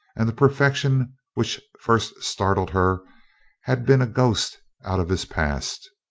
and the perfection which first startled her had been a ghost out of his past.